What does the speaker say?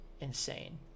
insane